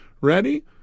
Ready